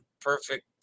perfect